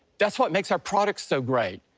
that's what makes our products so great.